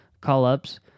call-ups